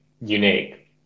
unique